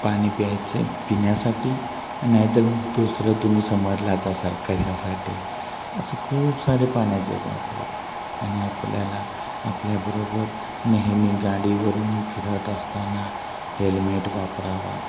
पाणी प्यायचं पिण्यासाठी नाहीतर दुसरं तुम्ही समजलाच असाल कशासाठी असे खूप सारे पाण्याचे पण उपयोग आहेत आणि आपल्याला आपल्याबरोबर नेहमी गाडीवरून फिरत असताना हेल्मेट वापरावा